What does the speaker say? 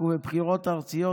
אנחנו בבחירות ארציות.